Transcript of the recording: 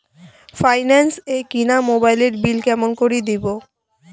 Finance এ কিনা মোবাইলের বিল কেমন করে দিবো?